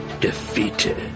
defeated